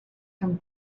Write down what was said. from